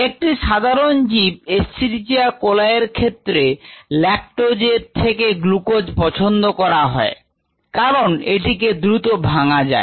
একটি সাধারন জীব Eschericia coli এর ক্ষেত্রে ল্যাকটোজের থেকে গ্লুকোজ পছন্দ করা হয় কারণ এটি কে দ্রুত ভাঙা যায়